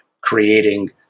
creating